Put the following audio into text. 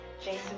Jason